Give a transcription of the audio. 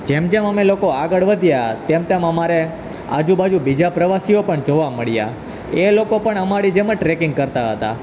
જેમ જેમ અમે લોકો આગળ વધ્યા તેમ તેમ અમારે આજુ બાજુ બીજા પ્રવાસીઓ પણ જોવા મળ્યા એ લોકો પણ અમારી જેમ જ ટ્રેકિંગ કરતા હતા